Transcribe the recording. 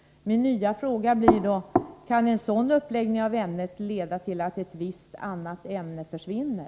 Min nya fråga blir då: Kan en sådan uppläggning av ämnet leda till att ett visst annat ämne försvinner?